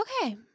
Okay